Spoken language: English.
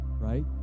right